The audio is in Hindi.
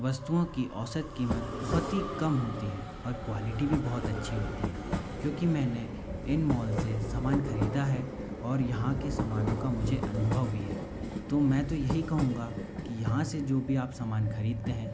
वस्तुओं की औसत कीमत बहुत ही कम होती है और क्वालिटी भी बहुत अच्छी होती है क्योंकि मैने इन मॉल से सामान खरीदा है और यहाँ के सामानों का मुझे अनुभव भी है तो मैं तो यही कहूंगा कि यहाँ से जो भी आप सामान खरीदते हैं